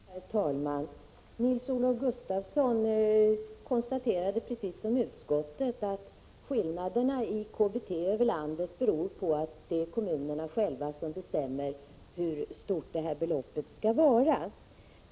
Herr talman! Nils-Olof Gustafsson konstaterade, precis som utskottet, att skillnaderna i KBT över landet beror på att det är kommunerna själva som bestämmer hur stort beloppet skall vara.